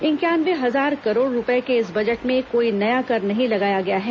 इंक्यानवे हजार करोड़ रूपये के इस बजट में कोई नया कर नहीं लगाया गया है